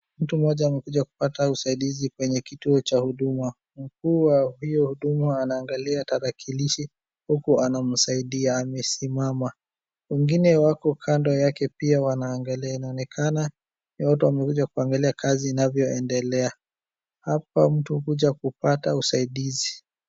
Mtu mmoja amekuja kupata usaidizi kwenye kituo cha huduma. Mkuu wa hio huduma anaangalia tarakilishi huku anamusaidia. Amesimama. Wengine wako kando yake pia wanaangalia. Inaonekana hawa watu wamekuja kuangilia kazi inavyoendelea. Hapa mtu hukuja kupata usaidizi.